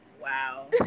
wow